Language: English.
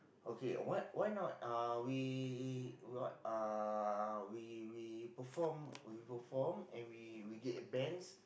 okay why why not uh we we uh we we perform we perform and we we get bands